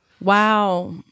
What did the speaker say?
Wow